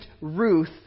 Ruth